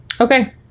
okay